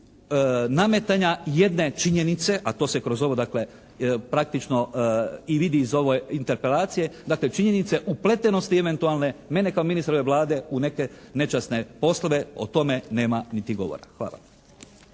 nametanja jedne činjenice, a to se kroz ovo dakle praktično i vidi iz ove interpelacije. Dakle činjenica je upletenosti eventualne mene kao ministra ove Vlade u neke nečasne poslove o tome nema niti govora. Hvala.